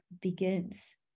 begins